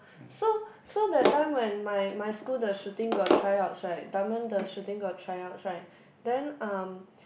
so so that time when my my school the shooting got tryouts right Dunman the shooting got tryouts right then um